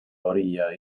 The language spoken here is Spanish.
orilla